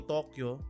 Tokyo